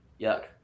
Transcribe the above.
Yuck